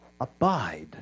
Abide